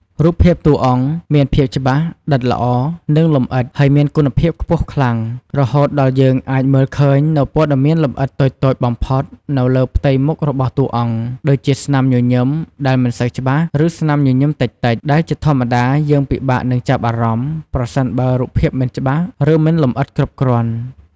រូបភាពតួអង្គមានភាពច្បាស់ ដិតល្អ និងលម្អិត ហើយមានគុណភាពខ្ពស់ខ្លាំង រហូតដល់យើងអាចមើលឃើញនូវព័ត៌មានលម្អិតតូចៗបំផុតនៅលើផ្ទៃមុខរបស់តួអង្គ ដូចជាស្នាមញញឹមដែលមិនសូវច្បាស់ ឬស្នាមញញឹមតិចៗ ដែលជាធម្មតាយើងពិបាកនឹងចាប់អារម្មណ៍ ប្រសិនបើរូបភាពមិនច្បាស់ ឬមិនលម្អិតគ្រប់គ្រាន់។